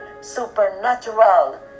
supernatural